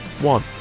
one